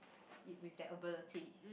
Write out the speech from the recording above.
if with that ability